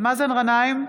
מאזן גנאים,